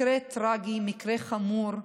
מקרה טרגי, מקרה חמור,